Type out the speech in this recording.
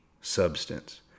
substance